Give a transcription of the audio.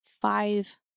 five